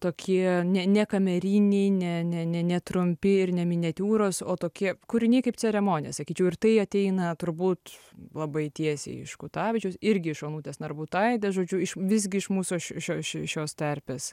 tokie ne ne kameriniai ne ne ne ne trumpi ir ne miniatiūros o tokie kūriniai kaip ceremonija sakyčiau ir tai ateina turbūt labai tiesiai iš kutavičiaus irgi iš onutės narbutaitės žodžiu visgi iš mūsų šio šio šios terpės